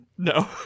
No